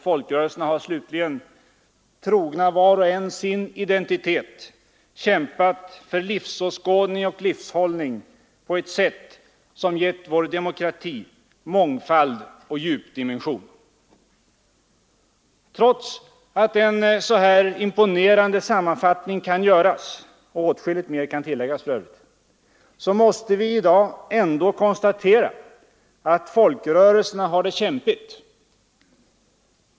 Folkrörelserna har slutligen, var och en trogna sin identitet, kämpat för livsåskådning och livshållning på ett sätt som gett vår demokrati mångfald och djupdimension. Trots att en så här imponerande sammanfattning kan göras — åtskilligt mer kan för övrigt tilläggas — måste vi i dag konstatera att folkrörelserna har det kämpigt.